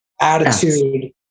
attitude